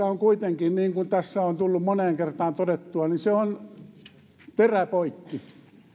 on kuitenkin niin kuin tässä on tullut moneen kertaan todettua terä poikki